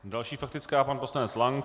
Další faktická pan poslanec Lank.